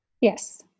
Yes